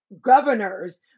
governors